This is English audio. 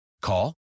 Call